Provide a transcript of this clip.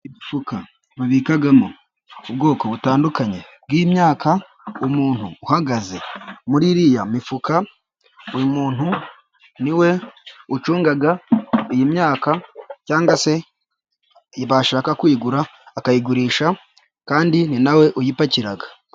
Imifuka babikamo ubwoko butandukanye bw'imyaka, umuntu uhagaze muri iriya mifuka, uyu muntu niwe ucunga iyi myaka, cyangwa se baashaka kuyigura akayigurisha, kandi ni nawe uyipakira.